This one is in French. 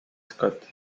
scott